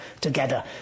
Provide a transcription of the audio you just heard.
together